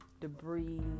debris